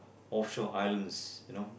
offshore islands you know